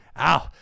ow